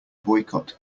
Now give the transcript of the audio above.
boycott